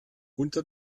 unter